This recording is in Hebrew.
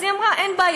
אז היא אמרה: אין בעיה,